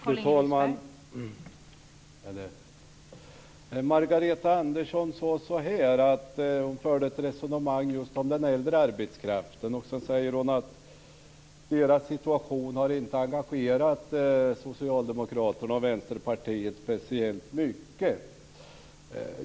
Fru talman! Margareta Andersson förde ett resonemang om den äldre arbetskraften. Sedan säger hon att deras situation har inte engagerat Socialdemokraterna och Vänsterpartiet speciellt mycket.